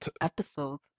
episode